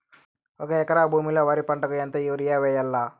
ఒక ఎకరా భూమిలో వరి పంటకు ఎంత యూరియ వేయల్లా?